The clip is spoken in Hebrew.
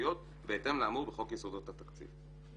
תקציביות בהתאם לאמור בחוק יסודות התקציב.